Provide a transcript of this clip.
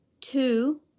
Two